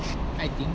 I think